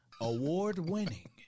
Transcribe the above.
Award-winning